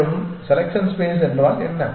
மேலும் selection space என்றால் என்ன